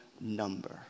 number